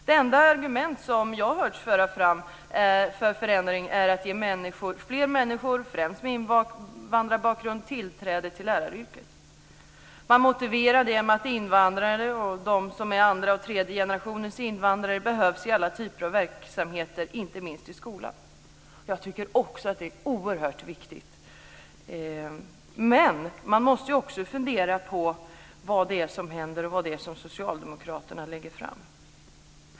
Det enda argument för förändring som jag hört föras fram är att ge fler människor, främst med invandrarbakgrund, tillträde till läraryrket. Man motiverar det med att invandrare och de som är andra och tredje generationens invandrare behövs i alla typer av verksamheter, inte minst i skolan. Jag tycker också att det är oerhört viktigt, men man måste också fundera på vad det är som händer och vad det är som Socialdemokraterna föreslår.